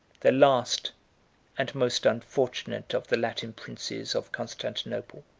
the last and most unfortunate of the latin princes of constantinople.